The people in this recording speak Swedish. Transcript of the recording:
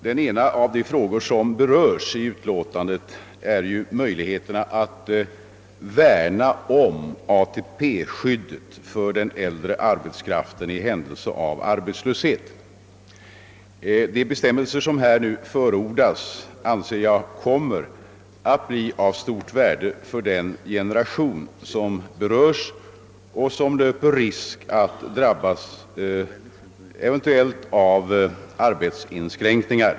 Den ena av de frågor som berörs i utlåtandet gäller möjligheterna att värna om ATP-skyddet för den äldre arbetskraften i händelse av arbetslöshet. De bestämmelser som nu förordas anser jag kommer att bli av stort värde för den generation som berörs och som kan löpa risken att drabbas särskilt hårt vid arbetsinskränkningar.